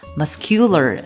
muscular